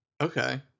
Okay